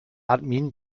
admin